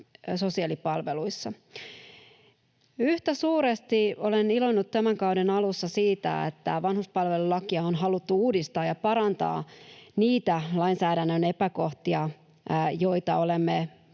sosiaalipalveluissa. Yhtä suuresti olen iloinnut tämän kauden alussa siitä, että vanhuspalvelulakia on haluttu uudistaa ja parantaa niitä lainsäädännön epäkohtia, joita olemme